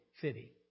city